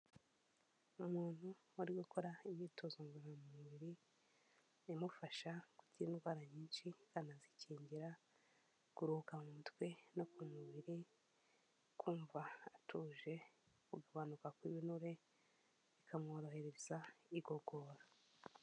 Ni umuntu uri gukora imyitozo ngororamubiri imufasha gukira indwara nyinshi akanazikingira, kuruhuka mu mutwe no ku mubiri, kumva atuje, kugabanuka kw'ibinure bikamworohereza igogora.